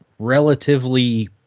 relatively